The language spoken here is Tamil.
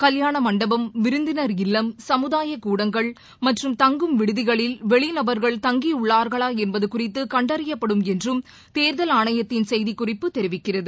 கல்யாணமண்டபம் விருந்தினர் இல்லம் சமுதாயக்கூடங்கள் மற்றும் தங்கும் விடுதிகளில் வெளிநபர்கள் தங்கியுள்ளார்களாஎன்பதுகுறித்துகண்டறியப்படும் என்றும் தேர்தல் ஆணையத்தின் செய்திக்குறிப்பு தெரிவிக்கிறது